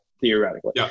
theoretically